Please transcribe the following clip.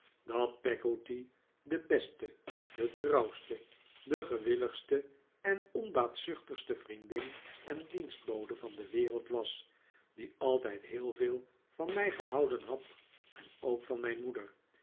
dat peggotty de beste de trouwste de gewilligste en onbaatzuchtigste vriendin en dienstbode van de wereld was die altijd heel veel van mij gehouden had en ook van mijn moeder